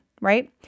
right